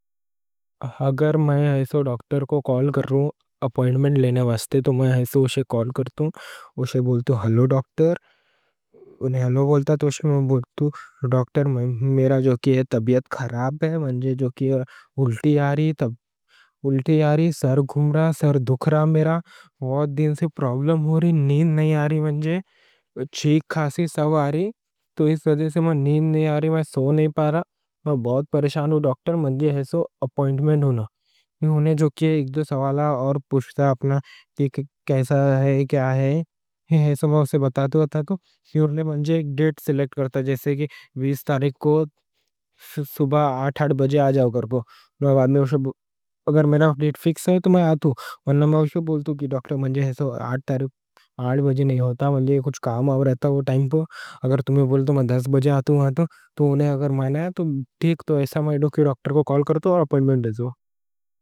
اگر میں ایسا ڈاکٹر کو کال کروں اپوائنمنٹ لینے واسطے، میں ایسا اسے کال کرتوں، اسے بولتا ہوں: ہلو ڈاکٹر۔ میرا طبیعت خراب ہے، مجھے الٹی آری، الٹی آری، سر گھمرا، سر دکھرا۔ میرا بہت دن سے پرابلم ہو رہی، نین نہیں آری، مجھے چھیک، خاسی، سو آری۔ تو اس لئے سے نین نہیں آری، میں سو نہیں پا رہا، میں بہت پریشان ہوں ڈاکٹر۔ مجھے ایسا اپوائنمنٹ ہونا۔ انہیں جو کہ ہے ایک دو سوالہ اور پوچھتا: کیسا ہے، کیا ہے، ایسا میں اسے بتاتا ہوں۔ تو انہوں نے مجھے ڈیٹ سیلیکٹ کرتا، جیسے کہ 20 تاریخ کو صبح 8-8 بجے آ جاؤ گھر کو۔ اگر میرا ڈیٹ فکس ہے تو میں آتا ہوں، ونہ میں اسے بولتا ہوں: ڈاکٹر، مجھے 8 تاریخ 8 بجے نہیں ہوتا، مجھے کچھ کام آ رہتا ہو ٹائم پو۔ اگر تمہیں بولتا ہوں 10 بجے آتا ہوں، تو انہیں اگر مانا ہے تو ٹھیک۔ تو ایسا مانیو کہ ڈاکٹر کو کال کرتا ہو اور اپوائنمنٹ دیجئے۔